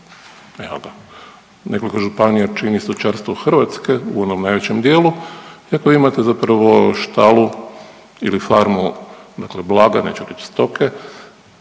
nekoliko županija čini stočarstvo Hrvatske u onom najvećem dijelu i ako vi imate zapravo štalu ili farmu dakle blaga neću reći stoke,